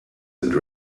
and